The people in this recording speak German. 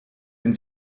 den